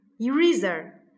eraser